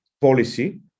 policy